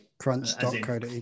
Crunch.co.uk